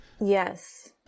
Yes